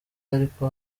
ariko